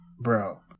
Bro